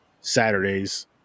Saturdays